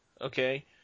okay